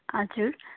हजुर